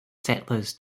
settlers